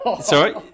Sorry